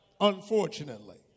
unfortunately